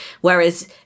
Whereas